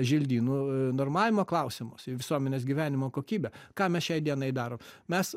želdynų normavimo klausimus visuomenės gyvenimo kokybę ką mes šiai dienai daro mes